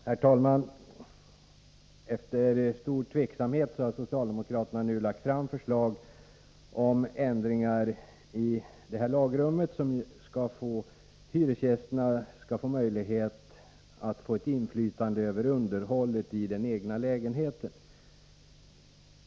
Herr talman! Efter stor tvekan har socialdemokraterna nu lagt fram förslag om ändringar i detta lagrum, som skall ge hyresgästerna möjlighet att få ett inflytande över underhållet i den egna lägenheten.